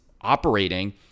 operating